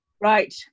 Right